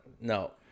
no